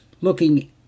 looking